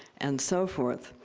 and so forth.